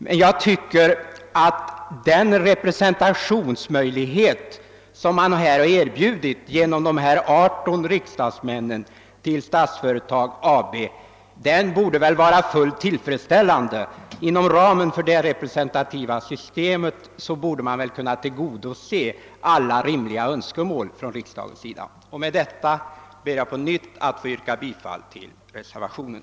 Men jag tycker att den representationsmöjlighet som finns genom att man erbjudit 18 riksdagsmän att vara närvarande vid bolagsstämman i Statsföretag AB borde vara fullt tillfredsställande. Inom ramen för det representativa systemet borde man därmed kunna tillgodose alla rimliga önskemål från riksdagens sida. Med detta ber jag på nytt att få yrka bifall till reservationen.